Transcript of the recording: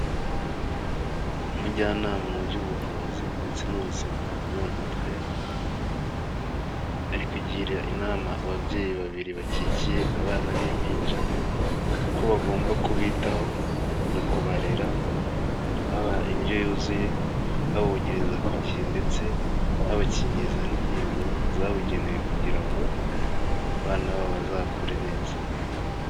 Umujyanama mu by'ubuvuzi ndetse n'ubuzima bwo mu mutwe, ari kugira inama ababyeyi babiri bakikiye abana b'impinja uko bagomba kubitaho mu kubarera, babaha indyo yuzuye, babonkereza ku gihe ndetse babakingiriza n'inkingo zabugenewe kugira ngo abana babo bazakure neza.